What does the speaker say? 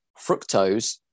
fructose